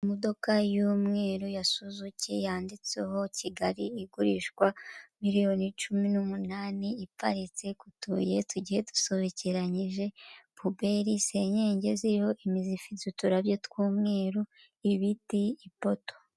Imodoka y'umweru ya Suzuki yanditseho Kigali, igurishwa miliyoni cumi n'umunani. Iparitse ku tubuye, tugiye dusobekeranyije, puberi, senyenge ziriho imizi ifite uturabyo tw'umweru , ibiti, ipoto.